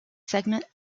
segment